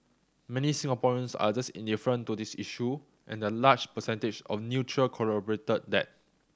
many Singaporeans are just indifferent to this issue and the large percentage of neutral corroborated that